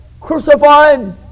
crucified